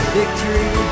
victory